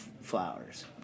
flowers